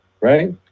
right